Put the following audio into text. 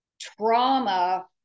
Trauma